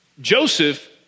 Joseph